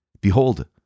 Behold